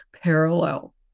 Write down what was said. parallel